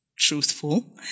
truthful